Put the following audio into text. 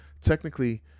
technically